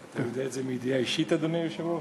אתה יודע את זה מידיעה אישית, אדוני היושב-ראש?